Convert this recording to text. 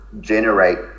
generate